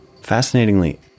Fascinatingly